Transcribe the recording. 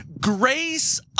grace